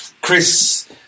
Chris